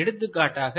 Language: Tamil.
எடுத்துக்காட்டாக